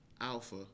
Alpha